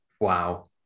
Wow